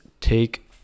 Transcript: take